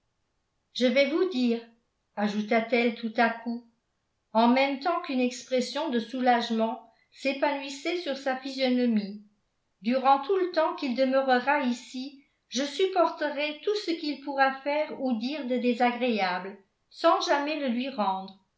je vais vous dire ajouta-t-elle tout à coup en même temps qu'une expression de soulagement s'épanouissait sur sa physionomie durant tout le temps qu'il demeurera ici je supporterai tout ce qu'il pourra faire ou dire de désagréable sans jamais le lui rendre